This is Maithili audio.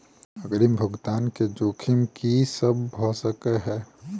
अग्रिम भुगतान केँ जोखिम की सब भऽ सकै हय?